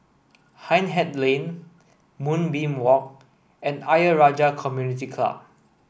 Hindhede Lane Moonbeam Walk and Ayer Rajah Community Club